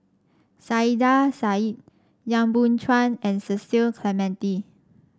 Saiedah Said Yap Boon Chuan and Cecil Clementi